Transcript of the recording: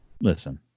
listen